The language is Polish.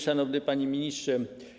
Szanowny Panie Ministrze!